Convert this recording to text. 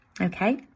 Okay